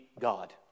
God